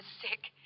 sick